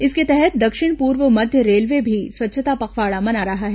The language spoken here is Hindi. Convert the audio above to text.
इसके तहत दक्षिण पूर्व मध्य रेलवे भी स्वच्छता पखवाड़ा मना रहा है